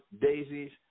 daisies